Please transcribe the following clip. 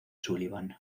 sullivan